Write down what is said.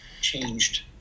changed